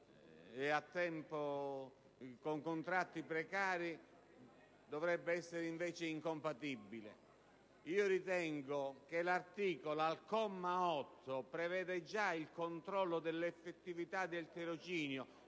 o con contratti precari, dovrebbe essere invece incompatibile. Ritengo che l'articolo 39, al comma 8, preveda già il controllo dell'effettività del tirocinio,